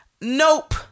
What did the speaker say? Nope